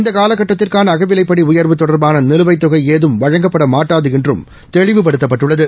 இந்த கால கட்டத்திற்கான அகவிலைப்படி உயர்வு தொடர்பான நிலுவைத் தொகை ஏதும் வழங்கப்பட மாட்டாது என்றும் தெளிவுபடுத்தப்பட்டுள்ளது